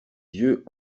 yeux